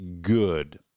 good